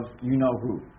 you-know-who